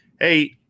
hey –